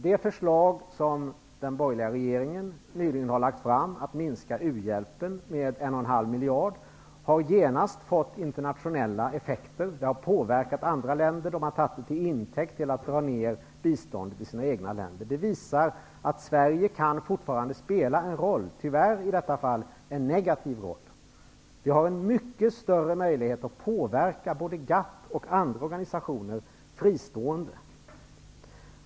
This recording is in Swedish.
Det förslag som den borgerliga regeringen nyligen har lagt fram om att minska u-hjälpen med en och en halv miljard har genast fått internationella effekter. Det har påverkat andra länder. De har tagit detta till intäkt för att dra ner biståndet i sina egna länder. Det visar att Sverige fortfarande kan spela en roll, tyvärr i detta fall en negativ roll. Vi har mycket större möjlighet att påverka GATT och andra organisationer fristående.